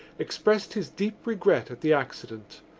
expressed his deep regret at the accident.